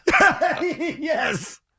Yes